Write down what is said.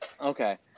Okay